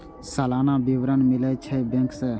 सलाना विवरण मिलै छै बैंक से?